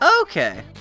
Okay